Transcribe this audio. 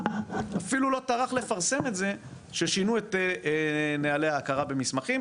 אפילו לא טרח לפרסם את זה ששינו את נהלי ההכרה במסמכים